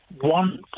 One